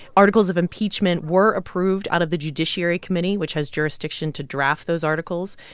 articles of impeachment were approved out of the judiciary committee, which has jurisdiction to draft those articles,